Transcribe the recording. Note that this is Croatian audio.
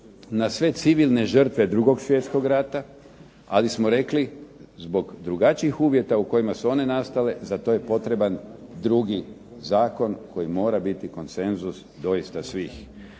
na sve civilne žrtve 2. svjetskog rata, ali smo rekli zbog drugačijih uvjeta u kojima su one nastale za to je potreban drugi zakon koji mora biti konsenzus doista svih.